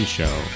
Show